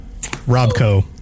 Robco